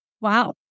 Wow